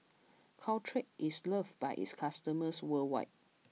Caltrate is loved by its customers worldwide